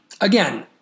Again